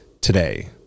today